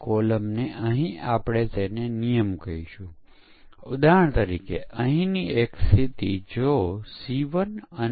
અંતિમ સમયે 4 ભૂલ શોધવાની તકનીક લાગુ કર્યા પછી 1000 0